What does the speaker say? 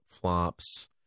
flops